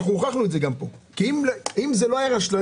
הראשון